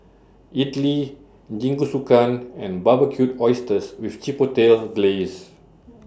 Idili Jingisukan and Barbecued Oysters with Chipotle Glaze